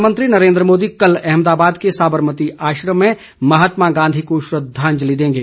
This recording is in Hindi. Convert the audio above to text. प्रधानमंत्री नरेन्द्र मोदी कल अहमदाबाद के साबरमती आश्रम में महात्मा गांधी को श्रद्धांजलि देंगे